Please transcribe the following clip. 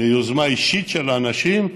ביוזמה אישית של אנשים,